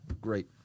Great